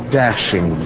dashing